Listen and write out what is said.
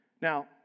Now